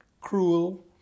cruel